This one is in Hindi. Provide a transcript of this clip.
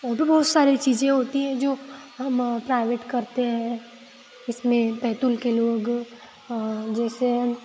और भी बहुत सारे चीज़ें होती हैं जो हम प्राइवेट करते हैं इसमें बैतुल के लोग जैसे